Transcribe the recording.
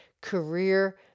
career